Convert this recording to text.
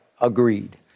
Agreed